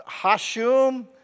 Hashum